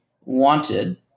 wanted